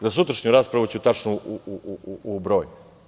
Za sutrašnju raspravu ću tačno u broj.